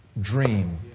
dream